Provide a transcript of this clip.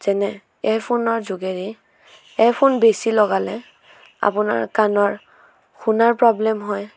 যেনে এয়াৰফোনৰ যোগেদি এয়াৰফোন বেছি লগালে আপোনাৰ কাণৰ শুনাৰ প্ৰ'ব্লেম হয়